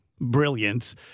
brilliance